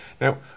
Now